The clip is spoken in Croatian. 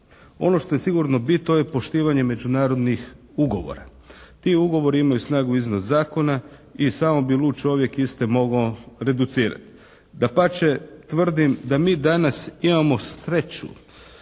ono što je sigurno bit to je poštivanje međunarodnih ugovora. Ti ugovori imaju snagu iznad zakona i samo bi lud čovjek iste mogao reducirati. Dapače tvrdim da mi danas imamo sreću